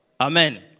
Amen